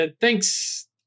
Thanks